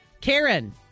Karen